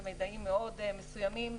למידעים מאוד מסוימים,